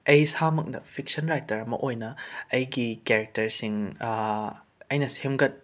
ꯑꯩ ꯏꯁꯥꯃꯛꯅ fiction writer ꯑꯃ ꯑꯣꯏꯅ ꯑꯩꯒꯤ ꯀꯦꯔꯦꯛꯇꯔꯁꯤꯡ ꯑꯩꯅ ꯁꯦꯝꯒꯠ